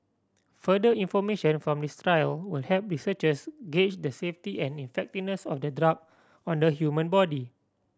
further information from this trial will help researchers gauge the safety and effectiveness of the drug on the human body